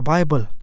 Bible